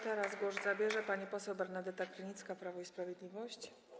Teraz głos zabierze pani poseł Bernadeta Krynicka, Prawo i Sprawiedliwość.